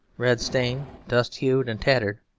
red-stained, dust-hued, and tattered,